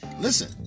listen